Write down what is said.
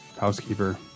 housekeeper